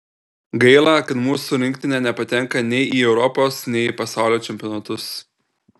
gaila kad mūsų rinktinė nepatenka nei į europos nei į pasaulio čempionatus